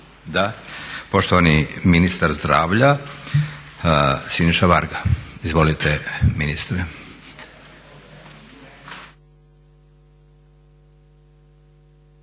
Da. Poštovani ministar zdravlja Siniša Varga. Izvolite ministre.